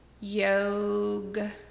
yoga